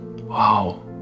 Wow